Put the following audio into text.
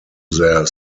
their